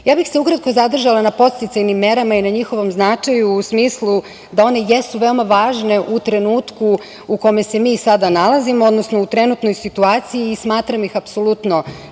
bih se zadržala na podsticajnim merama i njihovom značaju u smislu da one jesu veoma važne u trenutku u kome se mi sada nalazimo, odnosno u trenutnoj situaciji i smatram ih apsolutno